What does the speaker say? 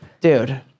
dude